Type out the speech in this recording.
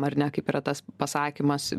ar ne kaip yra tas pasakymas